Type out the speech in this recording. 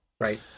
Right